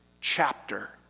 chapter